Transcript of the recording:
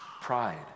Pride